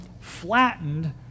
flattened